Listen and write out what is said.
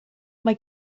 mae